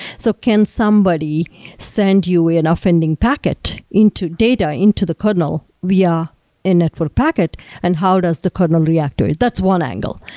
so can somebody send you enough ending packet into data, into the kernel via a network packet and how does the kernel react to it? that's one angle.